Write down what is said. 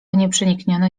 nieprzeniknione